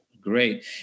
great